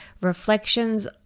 reflections